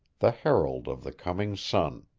the herald of the coming sun.